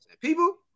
People